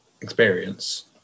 experience